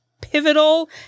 pivotal